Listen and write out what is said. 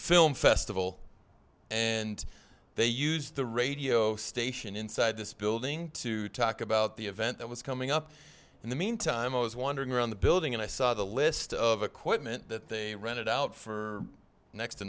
film festival and they used the radio station inside this building to talk about the event that was coming up in the meantime i was wandering around the building and i saw the list of equipment that they rented out for next to